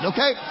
Okay